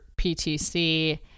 PTC